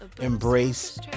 embrace